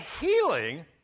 healing